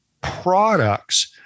products